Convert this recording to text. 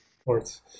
sports